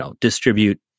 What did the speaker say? distribute